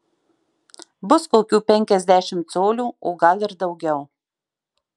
bus kokių penkiasdešimt colių o gal ir daugiau